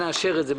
שנאשר את זה.